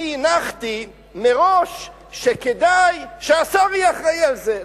אני הנחתי מראש שכדאי שהשר יהיה אחראי לזה.